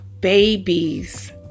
babies